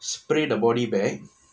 spray the body bank